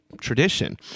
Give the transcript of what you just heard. tradition